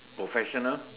professional